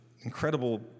incredible